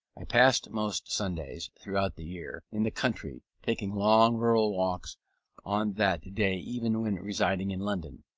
i passed most sundays, throughout the year, in the country, taking long rural walks on that day even when residing in london.